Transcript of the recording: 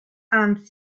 and